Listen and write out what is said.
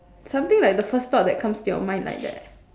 something like the first thought that comes to your mind like that